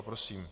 Prosím.